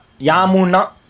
Yamuna